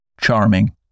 charming